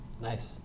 Nice